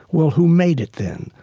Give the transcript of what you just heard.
well, who made it then?